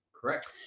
Correct